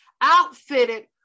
outfitted